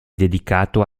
dedicato